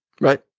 right